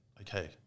okay